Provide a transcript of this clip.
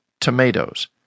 tomatoes